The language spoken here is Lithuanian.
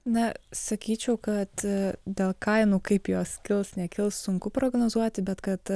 na sakyčiau kad dėl kainų kaip jos kils nekils sunku prognozuoti bet kad